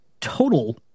total